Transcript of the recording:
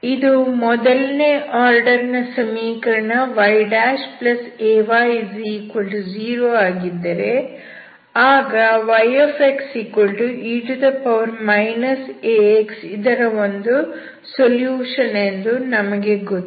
ಇದು ಮೊದಲನೇ ಆರ್ಡರ್ ನ ಸಮೀಕರಣ yay0 ಆಗಿದ್ದರೆ ಆಗ yxe ax ಇದರ ಒಂದು ಸೊಲ್ಯೂಷನ್ ಎಂದು ನಮಗೆ ಗೊತ್ತು